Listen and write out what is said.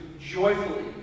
joyfully